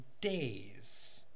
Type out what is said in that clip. days